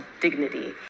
dignity